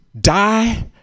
die